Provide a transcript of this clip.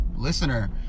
listener